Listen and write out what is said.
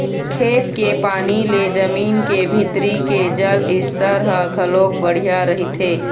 खेत के पानी ले जमीन के भीतरी के जल स्तर ह घलोक बड़िहा रहिथे